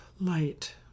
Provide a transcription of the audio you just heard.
light